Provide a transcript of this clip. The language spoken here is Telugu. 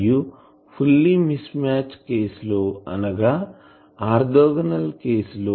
మరియు ఫుల్లీ మిస్ మ్యాచ్ కేసు లోఅనగా ఆర్తోగోనల్ కేసు లో PLF విలువ సున్నా